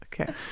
okay